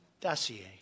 dossier